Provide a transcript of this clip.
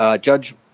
Judge